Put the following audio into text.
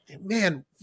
man